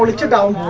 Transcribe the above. to two